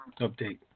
update